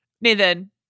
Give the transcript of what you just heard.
Nathan